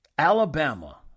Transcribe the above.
Alabama